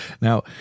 Now